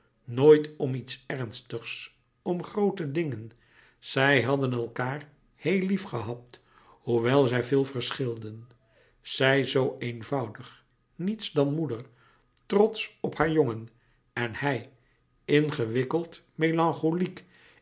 nooit om iets ernstigs om groote dingen zij hadden elkaâr heel lief gehad hoewel zij veel verschilden zij zoo eenvoudig niets dan moeder trotsch op haar jongen en hij ingewikkeld melancholiek